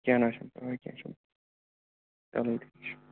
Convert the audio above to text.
کیٚنہہ نہ حظ چھُنہٕ پرواے کیٚنہہ چھُنہٕ چلو ٹھیٖک چھُ